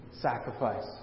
sacrifice